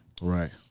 Right